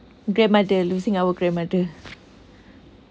grandmother losing our grandmother